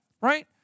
right